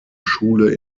schule